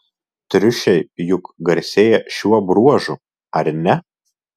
triušiai juk garsėja šiuo bruožu ar ne